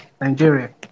nigeria